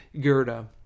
gerda